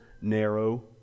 narrow